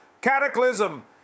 cataclysm